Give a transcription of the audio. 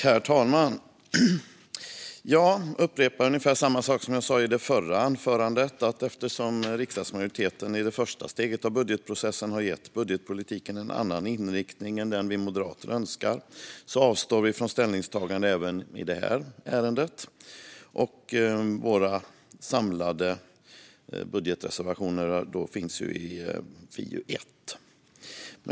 Herr talman! Jag säger ungefär samma sak som jag sa i mitt förra anförande: Eftersom riksdagsmajoriteten i det första steget av budgetprocessen har gett budgetpolitiken en annan inriktning än den vi moderater önskar avstår vi från ställningstagande även i detta ärende. Våra samlade budgetreservationer finns i FiU1.